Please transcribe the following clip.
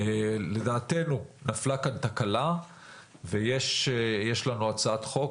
לדעתנו נפלה כאן תקלה ויש לנו הצעת חוק